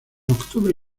octubre